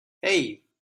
hey